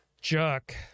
jerk